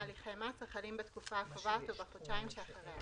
הליכי מס החלים בתקופה הקובעת או בחודשיים שאחריה